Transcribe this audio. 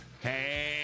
Hey